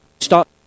stop